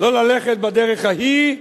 לא ללכת בדרך ההיא,